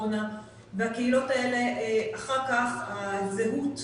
אז זהו, זה לא נטל.